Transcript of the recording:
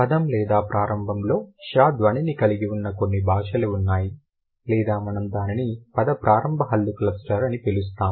పదం లేదా ప్రారంభంలో ష ధ్వనిని కలిగి ఉన్న కొన్ని భాషలు ఉన్నాయి లేదా మనం దానిని పద ప్రారంభ హల్లు క్లస్టర్ అని పిలుస్తాము